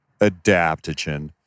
adaptogen